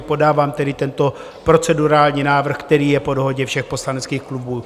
Podávám tedy tento procedurální návrh, který je po dohodě všech poslaneckých klubů.